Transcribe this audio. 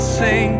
say